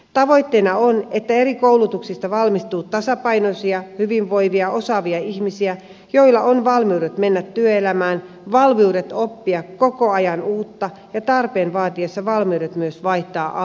tavoitteena on että eri koulutuksista valmistuu tasapainoisia hyvinvoivia osaavia ihmisiä joilla on valmiudet mennä työelämään valmiudet oppia koko ajan uutta ja tarpeen vaatiessa valmiudet myös vaihtaa alaa ja ammattia